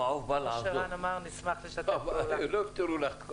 המעוף בא לעזור, לא פותר את כל